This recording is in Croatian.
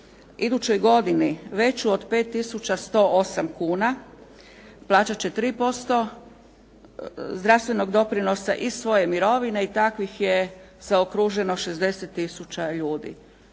idućoj godini veću od 5 tisuća 108 kuna plaćat će 3% zdravstvenog doprinosa iz svoje mirovine i takvih je zaokruženo 60 tisuća ljudi.